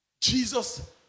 Jesus